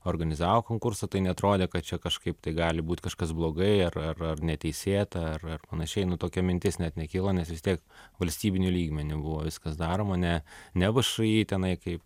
organizavo konkursą tai neatrodė kad čia kažkaip tai gali būt kažkas blogai ar ar neteisėta ar ar panašiai nu tokia mintis net nekilo nes vis tiek valstybiniu lygmeniu buvo viskas daroma ne ne všį tenai kaip